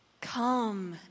Come